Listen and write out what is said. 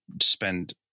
spend